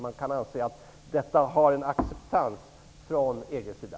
Kan man anse att detta har en acceptans från EG:s sida?